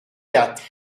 quatre